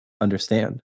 understand